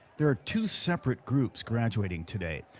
there are two separate groups garage waiting today.